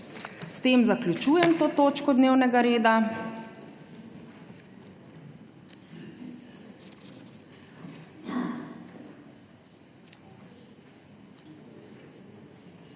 S tem zaključujem to točko dnevnega reda.